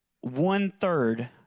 one-third